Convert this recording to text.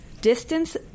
Distance